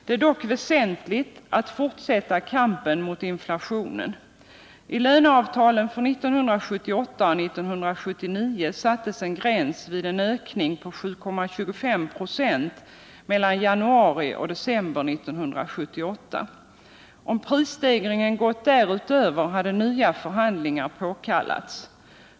Det är dock väsentligt att fortsätta kampen mot inflationen. I löneavtalen för 1978 och 1979 sattes en gräns vid en ökning på 7,25 ?, mellan januari och december 1978. Om prisstegringen gått därutöver hade nya förhandlingar påkallats.